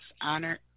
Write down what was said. honor